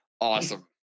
Awesome